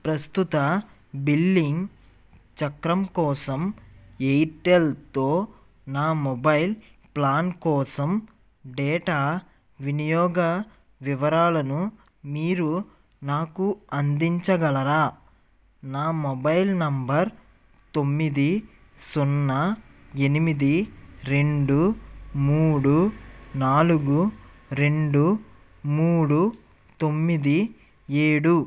ప్రస్తుత బిల్లింగ్ చక్రం కోసం ఎయిర్టెల్తో నా మొబైల్ ప్లాన్ కోసం డేటా వినియోగ వివరాలను మీరు నాకు అందించగలరా నా మొబైల్ నెంబర్ తొమ్మిది సున్నా ఎనిమిది రెండు మూడు నాలుగు రెండు మూడు తొమ్మిది ఏడు